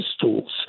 tools